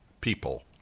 people